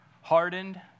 hardened